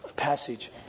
passage